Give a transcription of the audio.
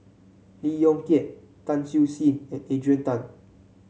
Lee Yong Kiat Tan Siew Sin and Adrian Tan